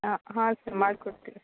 ಹಾಂ ಹಾಂ ಸರ್ ಮಾಡಿ ಕೊಡ್ತಿವಿ